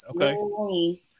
Okay